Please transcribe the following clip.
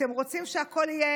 אתם רוצים שתהיה מדינת